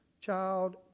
child